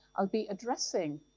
i'll be addressing